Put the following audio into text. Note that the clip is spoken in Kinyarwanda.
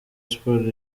sports